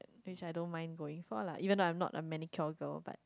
which I don't mind going for lah even though I'm not a manicure girl but